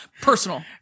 Personal